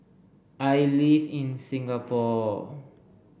I live in Singapore